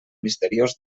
misteriós